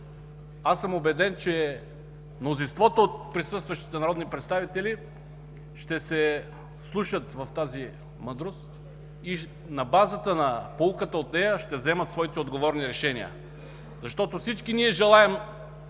аз съм убеден, че мнозинството от присъстващите народни представители ще се вслушат в тази мъдрост и на базата на поуката от нея ще вземат своите отговорни решения. Защото всички ние желаем,